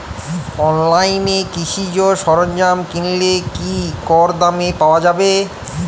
অনলাইনে কৃষিজ সরজ্ঞাম কিনলে কি কমদামে পাওয়া যাবে?